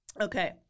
Okay